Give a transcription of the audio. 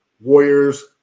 Warriors